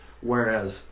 Whereas